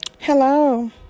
hello